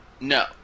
no